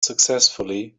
successfully